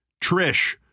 Trish